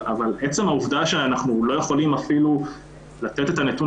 אבל עצם העובדה שאנחנו לא יכולים אפילו לתת את הנתון